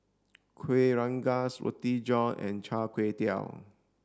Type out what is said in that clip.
Kueh Rengas Roti John and Char Kway Teow